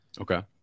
Okay